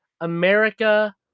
America